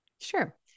Sure